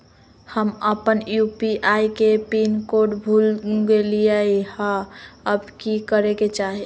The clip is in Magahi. हम अपन यू.पी.आई के पिन कोड भूल गेलिये हई, अब की करे के चाही?